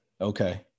Okay